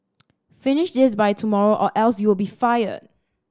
finish this by tomorrow or else you will be fired